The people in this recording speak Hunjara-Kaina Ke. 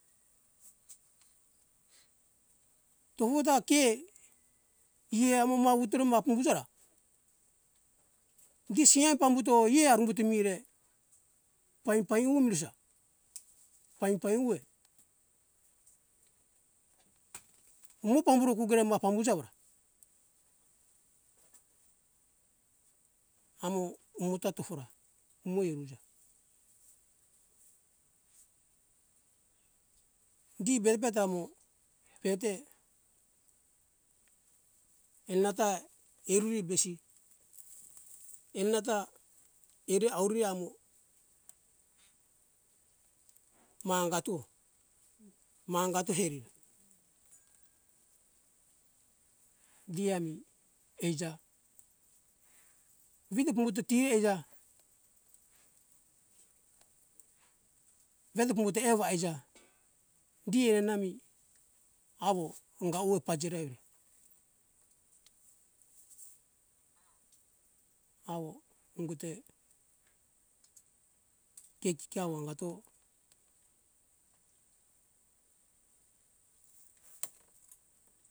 Tofo ta kie ie amo mawutore ma pambusora gisia pambuto ie arumbuto mire paipai mirisa paipai uwe umo pambuto kugere ma pambuja awora amo umo ta tofora umo eruja gi bebe tamo pete enanata iruri besi enanata ire auri amo ma angatu ma angatu herira gi ami eija vite pambuto tie eija vento pambuto ewa eija di erenami awo anga uwe pajire evire awo ungote kekiki awo angato